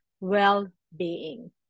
well-being